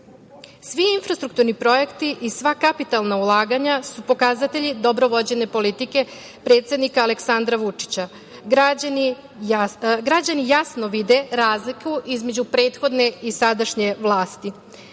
infrastrukturni projekti i sva kapitalna ulaganja su pokazatelji dobro vođene politike predsednika Aleksandra Vučića. Građani jasno vide razliku između prethodne i sadašnje vlasti.U